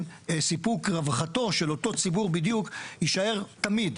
סיפוק רווחתו של אותו ציבור בדיוק יישאר תמיד.